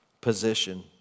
position